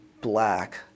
black